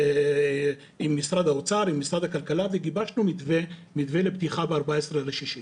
עם משרד האוצר ועם משרד הכלכלה וגיבשנו מתווה לפתיחה ב-14.6.